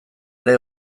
ere